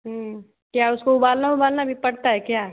क्या उसको उबालना उबालना भी पड़ता है क्या